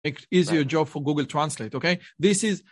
זו עבודה קלה יותר עבור גוגל טרנסליט, אוקיי? זה...